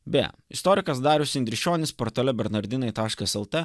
beje istorikas darius indrikonis portale bernardinai taškas lt